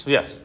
Yes